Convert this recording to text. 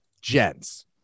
gents